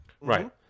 Right